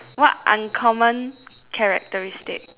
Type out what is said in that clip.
what uncommon characteristic